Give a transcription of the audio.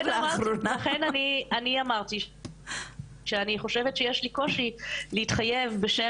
לכן אני אמרתי שאני חושבת שיש לי קושי להתחייב בשם